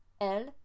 el